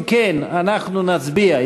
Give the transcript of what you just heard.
אם כן, אנחנו נצביע.